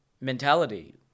mentality